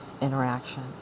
interaction